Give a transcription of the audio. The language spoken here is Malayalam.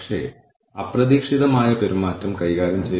തുടർന്ന് പ്രതികരണ നടപടികൾ കണക്കാക്കുന്നു